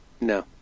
no